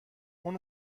اون